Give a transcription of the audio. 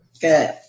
Good